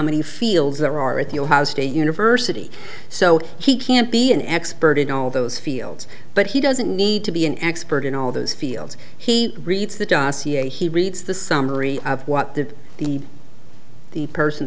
many fields there are at your house state university so he can't be an expert in all those fields but he doesn't need to be an expert in all those fields he reads the da ca he reads the summary of what the the the person